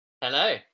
Hello